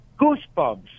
goosebumps